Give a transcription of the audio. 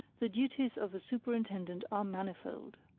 the duties of a superintendent are manifold.